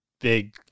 big